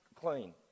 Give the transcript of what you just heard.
clean